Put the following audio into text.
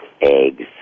eggs